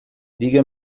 diga